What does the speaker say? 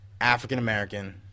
African-American